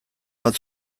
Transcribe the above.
bat